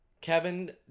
Kevin